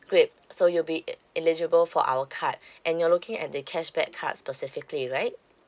great so you'll be e~ eligible for our card and you're looking at the cashback card specifically right